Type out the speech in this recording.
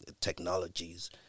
technologies